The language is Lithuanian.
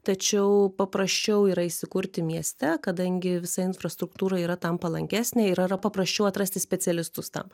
tačiau paprasčiau yra įsikurti mieste kadangi visa infrastruktūra yra tam palankesnė ir yra paprasčiau atrasti specialistus tam